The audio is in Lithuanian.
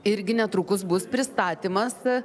irgi netrukus bus pristatymas